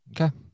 Okay